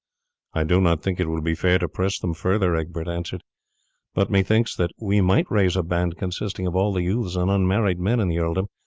i do not think it will be fair to press them further, egbert answered but methinks that we might raise a band consisting of all the youths and unmarried men in the earldom.